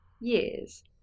years